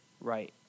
right